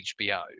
HBO